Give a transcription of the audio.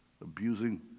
abusing